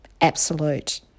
absolute